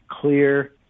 clear